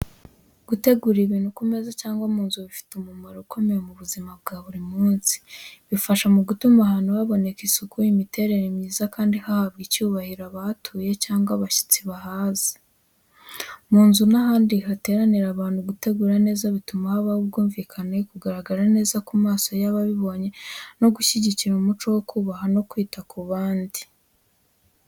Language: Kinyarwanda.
Gutegura ibintu ku meza cyangwa mu nzu bifite umumaro ukomeye mu buzima bwa buri munsi. Bifasha mu gutuma ahantu haboneka isuku, imiterere myiza kandi hahabwa icyubahiro abahatuye cyangwa abashyitsi baza. Mu nzu n’ahandi hateranira abantu, gutegura neza bituma habaho ubwumvikane, kugaragara neza ku maso y’ababibonye, no gushyigikira umuco wo kubaha no kwita ku bandi.